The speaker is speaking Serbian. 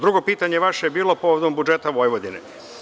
Drugo pitanje vaše je bilo povodom budžeta Vojvodine.